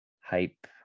hype